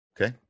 Okay